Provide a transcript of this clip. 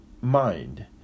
mind